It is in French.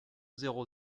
zéro